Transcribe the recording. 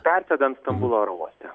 persėgant stambulo oro uoste